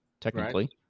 technically